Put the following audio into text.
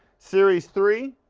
series three?